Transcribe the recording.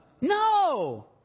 No